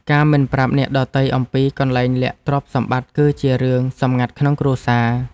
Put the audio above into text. ការមិនប្រាប់អ្នកដទៃអំពីកន្លែងលាក់ទ្រព្យសម្បត្តិ គឺជារឿងសម្ងាត់ក្នុងគ្រួសារ។